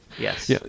Yes